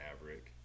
maverick